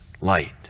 light